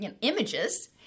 images